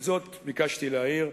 את זאת ביקשתי להעיר.